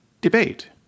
Debate